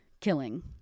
killing